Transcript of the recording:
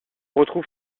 retrouve